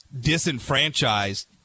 disenfranchised